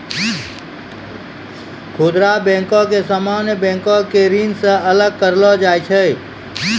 खुदरा बैको के सामान्य बैंको के श्रेणी से अलग करलो जाय छै